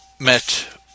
met